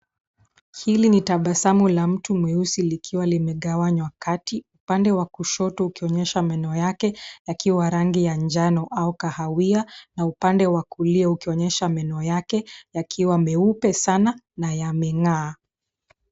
Hili ni tabasamu la mtu mweusi likiwa limegawanywa kati upande wa kushoto ukionyesha meno yake yakiwa rangi ya njano au kahawia na upande wa kulia ukionyesha meno yake yakiwa meupe sana na yameng'aa.